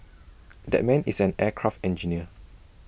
that man is an aircraft engineer